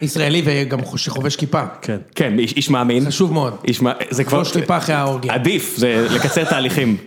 ‫ישראלי וגם שחובש כיפה. ‫-כן, כן, איש מאמין. חשוב מאוד. זה כבר ‫לחבוש כיפה אחרי האורגיה. ‫עדיף, זה לקצר תהליכים.